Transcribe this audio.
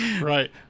right